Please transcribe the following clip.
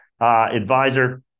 advisor